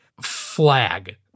flag